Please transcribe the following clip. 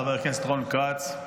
חבר הכנסת רון כץ,